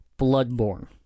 Bloodborne